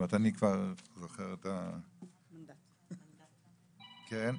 כן,